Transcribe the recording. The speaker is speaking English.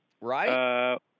right